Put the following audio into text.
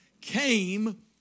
came